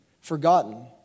forgotten